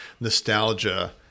nostalgia